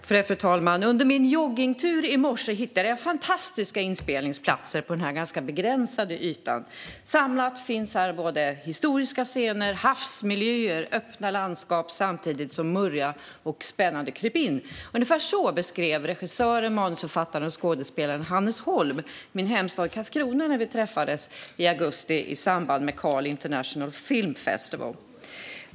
Fru talman! Under min joggningstur i morse hittade jag fantastiska inspelningsplatser på den ganska begränsade ytan. Samlat finns här historiska scener, havsmiljöer och öppna landskap samtidigt som det finns murriga och spännande krypin. Ungefär så beskrev regissören, manusförfattaren och skådespelaren Hannes Holm min hemstad Karlskrona när vi träffades i augusti i samband med Carl International Film Festival.